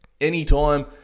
anytime